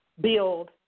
build